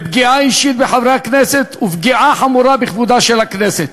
לפגיעה אישית בחברי הכנסת ולפגיעה חמורה בכבודה של הכנסת.